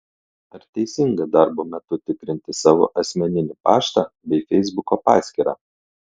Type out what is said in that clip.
ar teisinga darbo metu tikrinti savo asmeninį paštą bei feisbuko paskyrą